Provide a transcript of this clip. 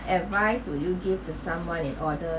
advice would you give to someone in order